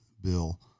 bill